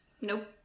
Nope